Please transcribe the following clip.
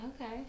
Okay